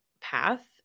path